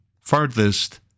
Farthest